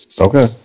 Okay